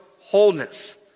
wholeness